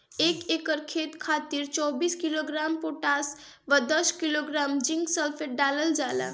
एक एकड़ खेत खातिर चौबीस किलोग्राम पोटाश व दस किलोग्राम जिंक सल्फेट डालल जाला?